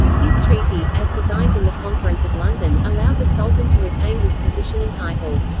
this treaty, as designed in the conference of london, allowed the sultan to retain his position and title.